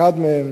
אחד מהם